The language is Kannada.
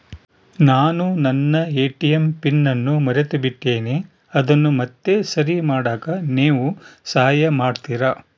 ನಾನು ನನ್ನ ಎ.ಟಿ.ಎಂ ಪಿನ್ ಅನ್ನು ಮರೆತುಬಿಟ್ಟೇನಿ ಅದನ್ನು ಮತ್ತೆ ಸರಿ ಮಾಡಾಕ ನೇವು ಸಹಾಯ ಮಾಡ್ತಿರಾ?